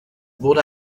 wurde